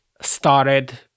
started